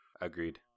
Agreed